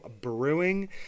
brewing